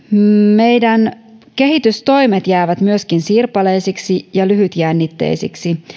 meidän kehitystoimemme jäävät myöskin sirpaleisiksi ja lyhytjännitteisiksi